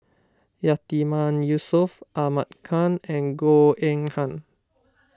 Yatiman Yusof Ahmad Khan and Goh Eng Han